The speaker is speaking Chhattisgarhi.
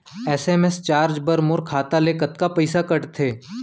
एस.एम.एस चार्ज बर मोर खाता ले कतका पइसा कटथे?